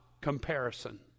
comparison